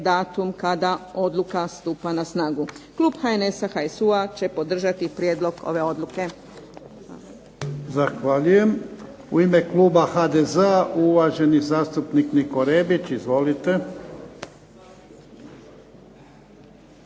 datum kada odluka stupa na snagu. Klub HNS-a, HSU-a će podržati prijedlog ove odluke.